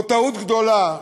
זאת טעות גדולה,